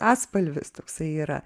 atspalvis toksai yra